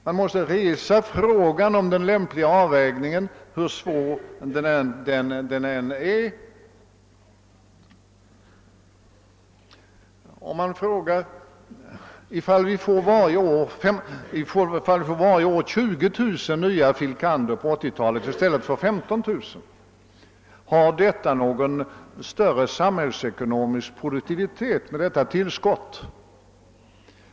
Man måste ställa frågan om den lämpliga avvägningen, hur svår denna än är att besvara. Om vi under 1980-talet varje år får 20 000 nya filosofie kandidater i stället för 15 000 kan man fråga sig, huruvida detta tillskott har någon betydelse för den samhälleliga produktiviteten.